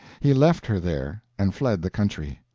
he left her there, and fled the country.